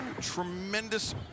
tremendous